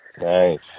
Nice